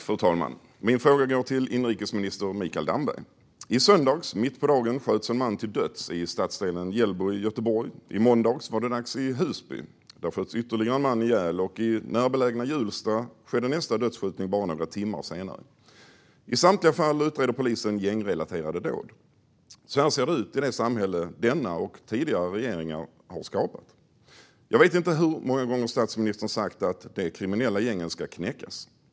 Fru talman! Min fråga går till inrikesminister Mikael Damberg. I söndags, mitt på dagen, sköts en man till döds i stadsdelen Hjällbo i Göteborg. I måndags var det dags i Husby. Där sköts ytterligare en man ihjäl, och i närbelägna Hjulsta skedde nästa dödsskjutning bara några timmar senare. I samtliga fall utreder polisen gängrelaterade dåd. Så ser det ut i det samhälle denna och tidigare regeringar har skapat. Jag vet inte hur många gånger statsministern har sagt att de kriminella gängen ska knäckas.